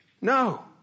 No